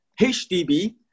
HDB